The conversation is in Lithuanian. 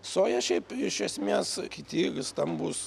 soja šiaip iš esmės kiti stambūs